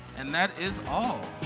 and that is all.